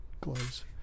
gloves